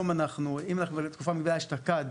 בתקופה המקבילה אשתקד,